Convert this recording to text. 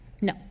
No